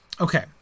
Okay